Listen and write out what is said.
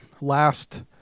last